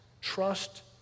Trust